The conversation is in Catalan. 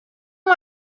amb